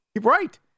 Right